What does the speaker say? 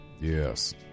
Yes